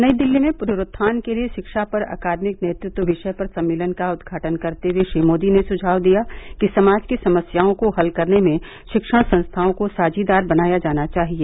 नई दिल्ली में पुनरुत्थान के लिए शिक्षा पर अकादमिक नेतृत्व विषय पर सम्मेलन का उद्घाटन करते हुए श्री मोदी ने सुझाव दिया कि समाज की समस्याओं को हल करने में शिक्षण संस्थाओं को साझीदार बनाया जाना चाहिए